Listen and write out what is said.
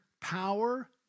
power